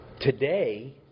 Today